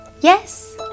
Yes